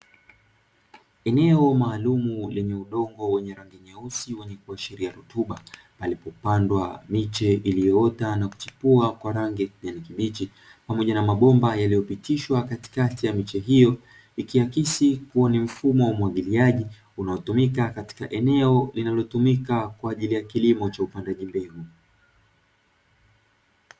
Eneo maalumu lenye udongo wenye rangi nyeusi wenye kuashiria rutuba, palipopandwa miche iliyoota na kuchipua kwa rangi ya kijani kibichi, pamoja na mabomba yaliyopitishwa katikati ya miche hiyo, ikihakisi kuwa ni mfumo wa umwagiliaji, unaotumika katika eneo linalotumika kwa ajili ya kilimo cha upandaji mbegu.